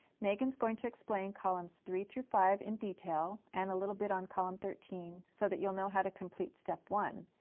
megan is going to explain columns three three five in detail and a little bit on column thirteen so that you'll know how to complete step one,